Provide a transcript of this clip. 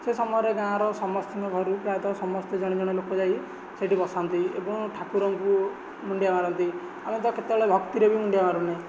ସେ ସମୟରେ ଗାଁର ସମସ୍ତଙ୍କ ଘରୁ ପ୍ରାୟତଃ ସମସ୍ତେ ଜଣେ ଜଣେ ଲୋକ ଯାଇ ସେଇଠି ବସନ୍ତି ଏବଂ ଠାକୁରଙ୍କୁ ମୁଣ୍ଡିଆ ମାରନ୍ତି ଆମେ ତ କେତେବେଳେ ଭକ୍ତିରେ ବି ମୁଣ୍ଡିଆ ମରୁନେ